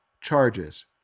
charges